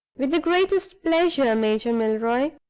with the greatest pleasure, major milroy,